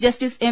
justice M